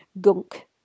gunk